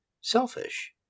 selfish